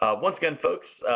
once again, folks,